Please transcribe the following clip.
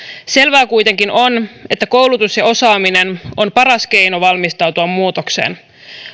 selvää kuitenkin on että koulutus ja osaaminen on paras keino valmistautua muutokseen